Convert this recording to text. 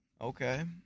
Okay